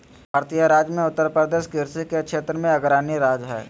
भारतीय राज्य मे उत्तरप्रदेश कृषि के क्षेत्र मे अग्रणी राज्य हय